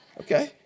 Okay